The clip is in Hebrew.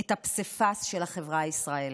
את הפסיפס של החברה הישראלית: